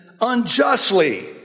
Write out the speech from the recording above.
unjustly